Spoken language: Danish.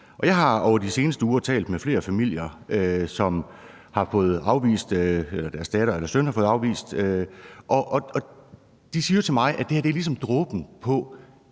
Jeg har over de seneste uger talt med flere familier, hvis datter eller søn er blevet afvist, og de siger jo til mig, at det her ligesom er dråben,